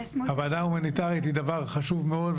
הוועדה ההומניטרית היא דבר חשוב מאוד,